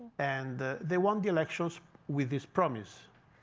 and they won the elections with this promise.